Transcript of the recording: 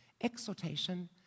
exhortation